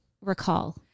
recall